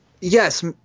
Yes